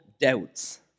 Doubts